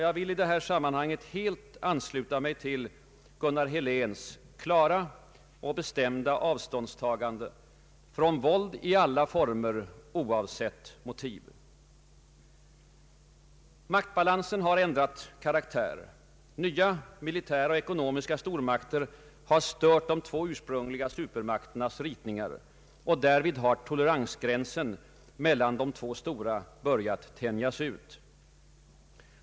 Jag vill i detta sammanhang helt ansluta mig till Gunnar He léns klara och bestämda avståndstagande från våld i alla former, oavsett motiv. Maktbalansen har ändrat karaktär. Nya militära och ekonomiska stormakter har stört de två ursprungliga supermakternas ritningar. Därvid har toleransgränsen mellan de två stora börjat tänjas ut.